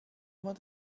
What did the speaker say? able